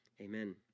Amen